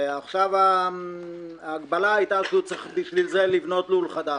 ועכשיו ההגבלה היתה שבשביל זה הוא צריך לבנות לול חדש.